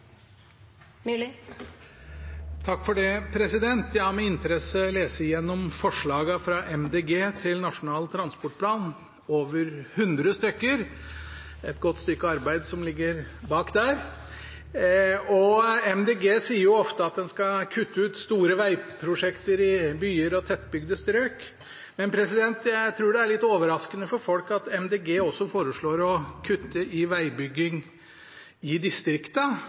Det blir replikkordskifte. Jeg har med interesse lest igjennom forslagene fra Miljøpartiet De Grønne til Nasjonal transportplan, over 100 stykker. Et godt stykke arbeid ligger bak der. Miljøpartiet De Grønne sier ofte at en skal kutte ut store vegprosjekter i byer og tettbygde strøk. Jeg tror det er litt overraskende for folk at Miljøpartiet De Grønne også foreslår å kutte i vegbygging i